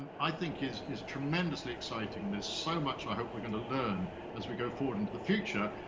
and i think is is tremendously exciting. there's so much i hope we're going to learn as we go forward into the future.